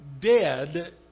dead